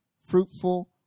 fruitful